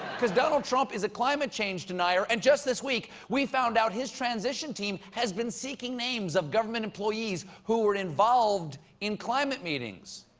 because donald trump is a climate change denier, and just this week, we found out his transition team has been seeking names of government employees who were involved in climate meetings.